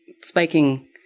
spiking